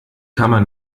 kammer